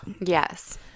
Yes